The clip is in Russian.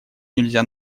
нельзя